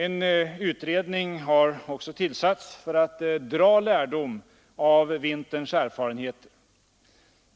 En utredning har också tillsatts för att dra lärdomar av vinterns erfarenheter.